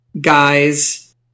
guys